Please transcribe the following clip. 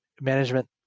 management